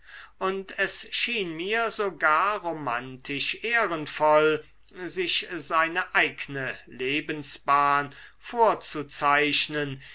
und es schien mir sogar romantisch ehrenvoll sich seine eigne lebensbahn vorzuzeichnen